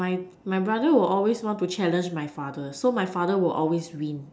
my my brother will always want to challenge my father so my father will always win